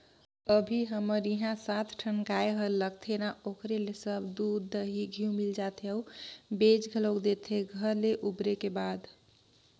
अभी हमर इहां सात ठन गाय हर लगथे ना ओखरे ले सब दूद, दही, घींव मिल जाथे अउ बेंच घलोक देथे घर ले उबरे के बाद